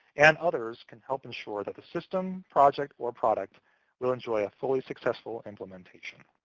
and others can help ensure that the system, project, or product will enjoy a fully successful implementation.